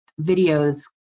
videos